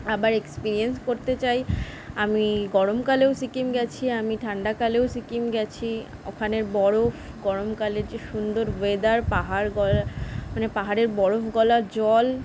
আবার এক্সপিরিয়েন্স করতে চাই আমি গরম কালেও সিকিম গেছি আমি ঠান্ডা কালেও সিকিম গেছি ওখানের বরফ গরমকালের যে সুন্দর ওয়েদার পাহাড় গলা মানে পাহাড়ের বরফ গলা জল